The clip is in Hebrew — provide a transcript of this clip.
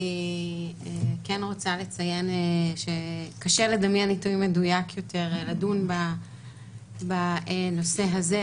אני רוצה לציין שקשה לדמיין עיתוי מדויק יותר לדון בנושא הזה,